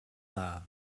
dda